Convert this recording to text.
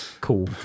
Cool